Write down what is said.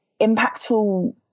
impactful